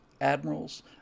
admirals